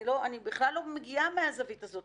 אני בכלל לא מגיעה מהזווית הזאת.